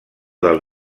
del